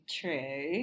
true